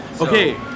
Okay